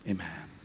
Amen